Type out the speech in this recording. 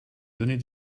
donner